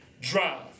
drive